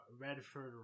redford